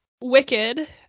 Wicked